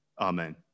amen